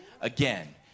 again